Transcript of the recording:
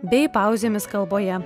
bei pauzėmis kalboje